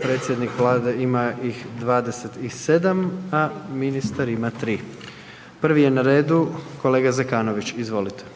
predsjednik vlade ima ih 27, a ministar ima 3. Prvi je na redu kolega Zekanović, izvolite.